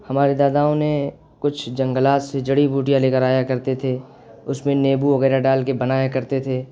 ہمارے داداؤں نے کچھ جنگلات سے جڑی بوٹیاں لے کر آیا کرتے تھے اس میں نیبو وغیرہ ڈال کے بنایا کرتے تھے